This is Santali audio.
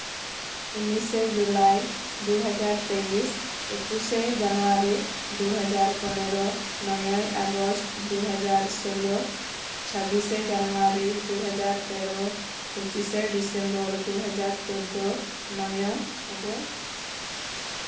ᱩᱱᱤᱥᱮ ᱡᱩᱞᱟᱭ ᱫᱩ ᱦᱟᱡᱟᱨ ᱛᱮᱭᱤᱥ ᱮᱠᱩᱥᱮ ᱡᱟᱱᱩᱣᱟᱨᱤ ᱫᱩ ᱦᱟᱡᱟᱨ ᱯᱚᱱᱮᱨᱳ ᱱᱚᱭᱮᱭ ᱟᱜᱚᱥᱴ ᱫᱩ ᱦᱟᱡᱟᱨ ᱥᱳᱞᱞᱳ ᱪᱟᱵᱵᱤᱥᱮ ᱡᱟᱱᱩᱣᱟᱨᱤ ᱫᱩ ᱦᱟᱡᱟᱨ ᱛᱮᱨᱚ ᱯᱚᱸᱪᱤᱥᱮ ᱰᱤᱥᱮᱢᱵᱚᱨ ᱫᱩ ᱦᱟᱡᱟᱨ ᱪᱳᱫᱽᱫᱳ ᱱᱚᱭᱮ ᱟᱜᱚᱥᱴ